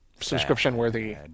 subscription-worthy